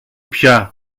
πια